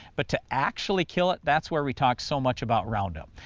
but to actually kill it that's where we talk so much about roundup.